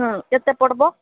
ହଁ କେତେ ପଡ଼ିବ